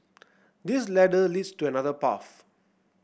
this ladder leads to another path